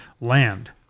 land